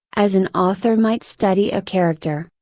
as an author might study a character,